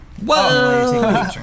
Whoa